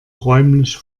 räumlich